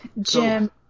Jim